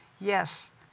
Yes